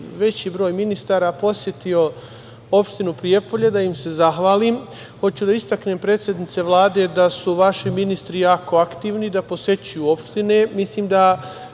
veći broj ministara poseti opštinu Prijepolje i da im se zahvalim. Hoću da istaknem predsednice Vlade, da su vaši ministri jako aktivni, da posećuju opštine.